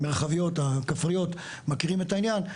המרחביות, הכפריות, מכירים את העניין.